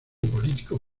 político